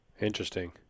interesting